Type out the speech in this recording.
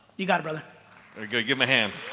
you got a brother there good good my hand